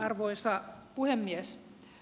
arvoisa puhemies